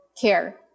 care